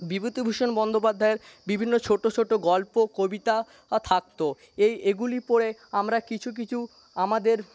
বিভূতিভূষণ বন্দোপাধ্যায়ের বিভিন্ন ছোটো ছোটো গল্প কবিতা থাকতো এই এগুলি পড়ে আমরা কিছু কিছু আমাদের